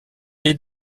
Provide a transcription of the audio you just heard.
est